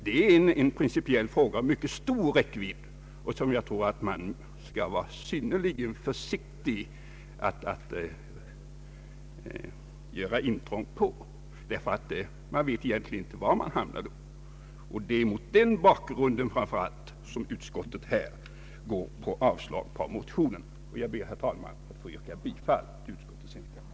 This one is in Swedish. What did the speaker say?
Det är en principiell fråga av mycket stor räckvidd, och jag tror att man skall vara synnerligen försiktig med att göra intrång på detta område, ty annars vet man egentligen inte var man hamnar. Det är framför allt mot den bakgrunden som utskottet avstyrker motionen. Jag ber, herr talman, att få yrka bifall till utskottets hemställan.